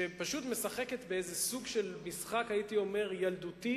שפשוט משחקת בסוג של משחק, הייתי אומר, ילדותי